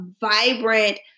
vibrant